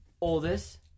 oldest